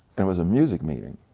and was a music meeting,